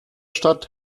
stadt